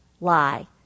lie